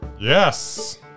Yes